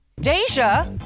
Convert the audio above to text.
Deja